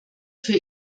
für